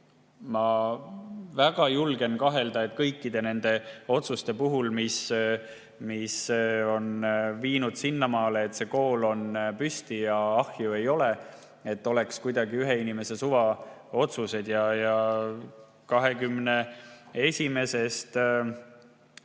Ma väga julgen kahelda, et kõik need otsused, mis on viinud sinnamaale, et see kool on püsti ja ahju ei ole, oleks kuidagi ühe inimese suvaotsused.21. juulil teie